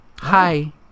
Hi